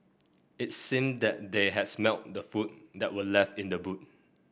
it seemed that they had smelt the food that were left in the boot